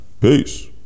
Peace